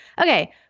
Okay